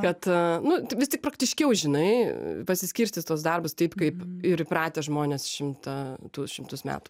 kad nu vistik praktiškiau žinai pasiskirstyt tuos darbus taip kaip ir įpratę žmonės šimtą du šimtus metų